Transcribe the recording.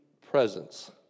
presence